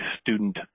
Student